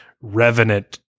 revenant